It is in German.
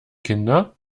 kinder